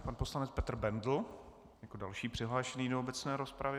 Pan poslanec Petr Bendl jako další přihlášený do obecné rozpravy.